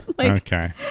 Okay